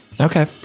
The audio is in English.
okay